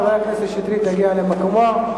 חבר הכנסת שטרית, תגיע למקומך.